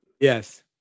Yes